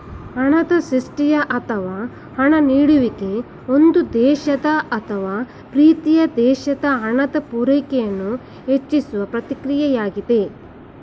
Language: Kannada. ಹಣದ ಸೃಷ್ಟಿಯ ಅಥವಾ ಹಣ ನೀಡುವಿಕೆ ಒಂದು ದೇಶದ ಅಥವಾ ಪ್ರೀತಿಯ ಪ್ರದೇಶದ ಹಣದ ಪೂರೈಕೆಯನ್ನು ಹೆಚ್ಚಿಸುವ ಪ್ರಕ್ರಿಯೆಯಾಗಿದೆ